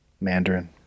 Mandarin